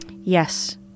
Yes